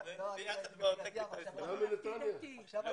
אדוני זוכר את מחאות 2015,